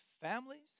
families